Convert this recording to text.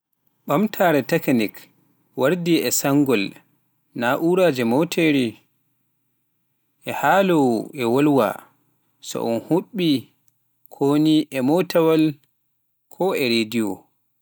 ɓamtaare teknik wardi e saanjol, na'uraje moteri e haaloowo e wolwa so un huɓɓa kone e motaawal ko rediyo